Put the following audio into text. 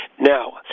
now